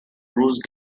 rose